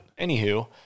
Anywho